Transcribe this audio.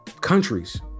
countries